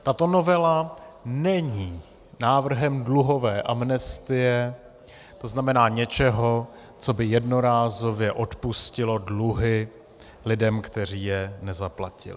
Tato novela není návrhem dluhové amnestie, to znamená něčeho, co by jednorázově odpustilo dluhy lidem, kteří je nezaplatili.